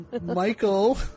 Michael